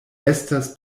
estas